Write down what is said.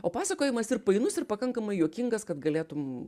o pasakojimas ir painus ir pakankamai juokingas kad galėtum